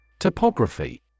Topography